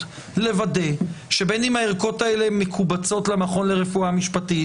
לוודא שבין הערכות האלה מקובצות למכון לרפואה משפטית,